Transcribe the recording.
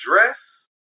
dress